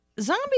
Zombie